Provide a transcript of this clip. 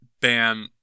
ban